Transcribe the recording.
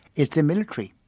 it's the military.